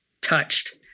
touched